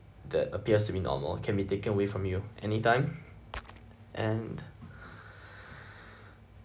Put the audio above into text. that appears to be normal can be taken away from you anytime and